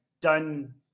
done-